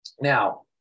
Now